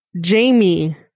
Jamie